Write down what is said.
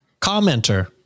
Commenter